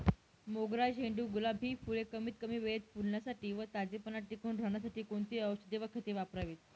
मोगरा, झेंडू, गुलाब हि फूले कमीत कमी वेळेत फुलण्यासाठी व ताजेपणा टिकून राहण्यासाठी कोणती औषधे व खते वापरावीत?